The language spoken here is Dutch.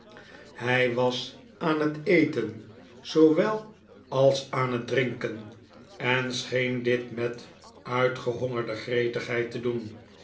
hij was aan het eten zoowel als aan het drinken en scheen dit met uitgehongerde gretigheid te doen